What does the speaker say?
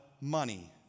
money